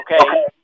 okay